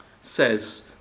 says